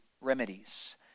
remedies